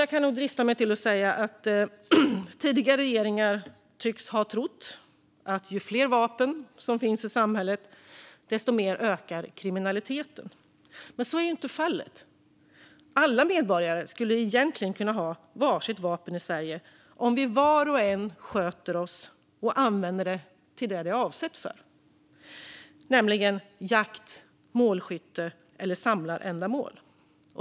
Jag kan nog drista mig till att säga att tidigare regeringar tycks ha trott att ju fler vapen som finns i samhället, desto mer ökar kriminaliteten. Men så är inte fallet. Alla medborgare i Sverige skulle egentligen kunna ha var sitt vapen om vi, var och en, skötte oss och använde vapnet till vad det är avsett för, nämligen jakt, målskytte eller samlarändamål.